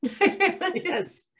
Yes